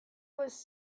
was